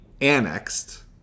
annexed